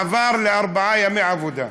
מעבר לארבעה ימי עבודה.